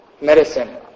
medicine